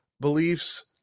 beliefs